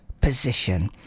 position